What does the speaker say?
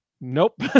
Nope